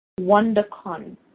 WonderCon